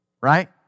Right